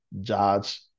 judge